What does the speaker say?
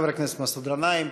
חבר הכנסת מסעוד גנאים.